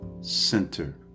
center